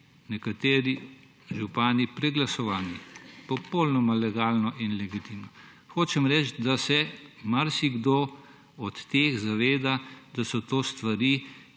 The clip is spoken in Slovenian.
nekateri župani preglasovani, popolnoma legalno in legitimno. Hočem reči, da se marsikdo od teh zaveda, da so to stvari,